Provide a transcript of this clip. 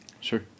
Sure